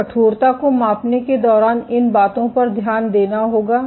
तो कठोरता को मापने के दौरान इन बातों पर ध्यान देना होगा